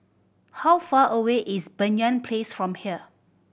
how far away is Banyan Place from here